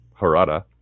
Harada